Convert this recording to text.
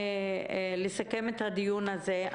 לסכם את הדיון הזה.